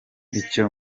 icyo